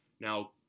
Now